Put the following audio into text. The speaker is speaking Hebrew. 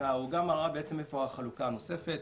העוגה מראה איפה החלוקה הנוספת,